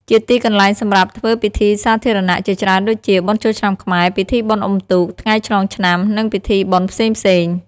ជាទីកន្លែងសម្រាប់ធ្វើពិធីសាធារណៈជាច្រើនដូចជា បុណ្យចូលឆ្នាំខ្មែរ ពិធីបុណ្យអ៊ុំទូក ថ្ងៃឆ្លងឆ្នាំ និងពិធីបុណ្យផ្សេងៗ។